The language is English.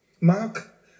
Mark